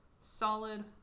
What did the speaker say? solid